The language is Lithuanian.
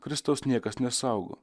kristaus niekas nesaugo